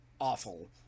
awful